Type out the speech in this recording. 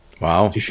Wow